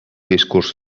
discurs